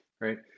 right